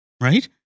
right